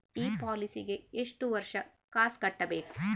ಈ ಪಾಲಿಸಿಗೆ ಎಷ್ಟು ವರ್ಷ ಕಾಸ್ ಕಟ್ಟಬೇಕು?